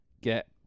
get